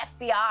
fbi